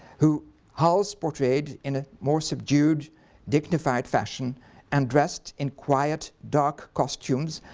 who hals portrayed in a more subdued dignified fashion and dressed in quiet dark costumes,